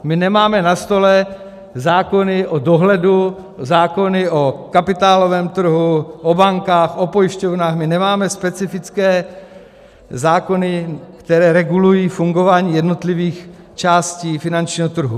My nemáme na stole zákony o dohledu, zákony o kapitálovém trhu, o bankách, o pojišťovnách, my nemáme specifické zákony, které regulují fungování jednotlivých částí finančního trhu.